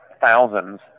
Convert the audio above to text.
thousands